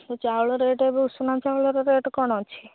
ଚାଉଳ ରେଟ୍ ଏବେ ଉଷୁନା ଚାଉଳର ରେଟ୍ କ'ଣ ଅଛି